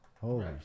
holy